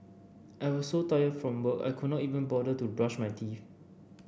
I was so tired from work I could not even bother to brush my teeth